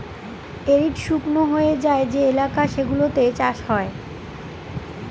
arid শুকনো হয়ে যায় যে এলাকা সেগুলোতে চাষ হয়